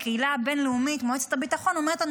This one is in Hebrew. הקהילה הבין-לאומית ומועצת הביטחון אומרות לנו,